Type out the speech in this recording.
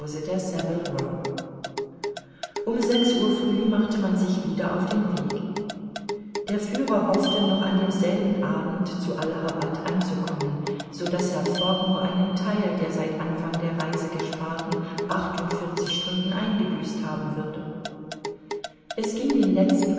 um sechs uhr früh machte man sich wieder auf den weg der führer hoffte noch an demselben abend zu allahabad anzukommen so daß herr fogg nur einen theil der seit anfang der reise gesparten achtundvierzig stunden eingebüßt haben würde es ging den letzten